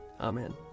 Amen